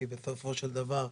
כי בסופו של דבר,